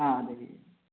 ആ അതെ